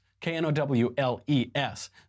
K-N-O-W-L-E-S